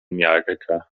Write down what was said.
miarka